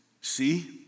see